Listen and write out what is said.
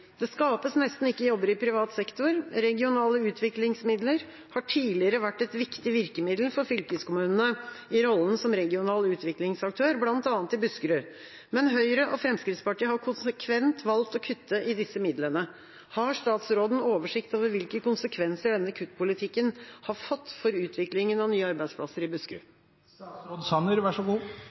Det skapes nesten ikke jobber i privat sektor. Regionale utviklingsmidler har tidligere vært et viktig virkemiddel for fylkeskommunene i rollen som regional utviklingsaktør, bl.a. i Buskerud, men Høyre og Fremskrittspartiet har konsekvent valgt å kutte i disse midlene. Har statsråden oversikt over hvilke konsekvenser denne kuttpolitikken har fått for utviklingen av nye arbeidsplasser i